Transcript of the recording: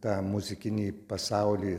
tą muzikinį pasaulį